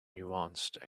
nuanced